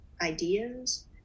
ideas